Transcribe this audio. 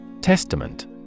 Testament